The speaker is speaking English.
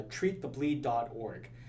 treatthebleed.org